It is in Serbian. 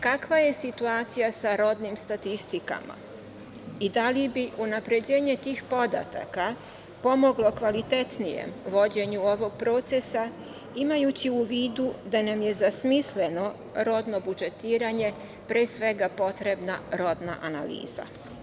Kakva je situacija sa rodnim statistikama i da li bi unapređenje tih podataka pomoglo kvalitetnijem vođenju ovog procesa imajući u vidu da nam je za smisleno rodno budžetiranje pre svega potrebna rodna analiza?